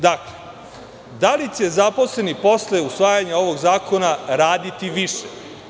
Da li će zaposleni posle usvajanja ovog zakona raditi više?